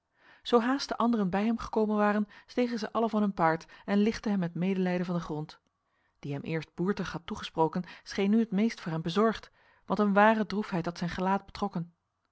zohaast de anderen bij hem gekomen waren stegen zij allen van hun paarden en lichtten hem met medelijden van de grond die hem eerst boertig had toegesproken scheen nu het meest voor hem bezorgd want een ware droefheid had zijn gelaat betrokken